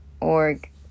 org